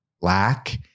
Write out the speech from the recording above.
lack